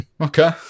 okay